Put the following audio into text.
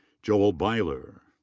joel byler.